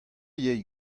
yay